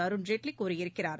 அருண் ஜேட்லி கூறியிருக்கிறார்